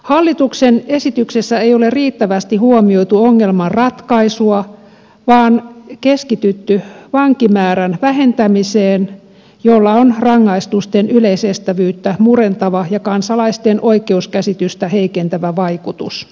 hallituksen esityksessä ei ole riittävästi huomioitu ongelman ratkaisua vaan keskitytty vankimäärän vähentämiseen jolla on rangaistusten yleisestävyyttä murentava ja kansalaisten oikeuskäsitystä heikentävä vaikutus